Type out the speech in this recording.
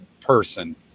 person